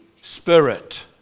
Spirit